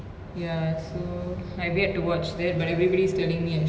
ya so I have yet to watch that but everybody's telling me I should